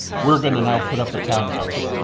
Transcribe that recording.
we're going to now put up a townhouse.